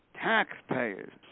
taxpayers